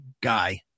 guy